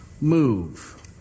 move